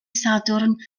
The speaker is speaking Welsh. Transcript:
sadwrn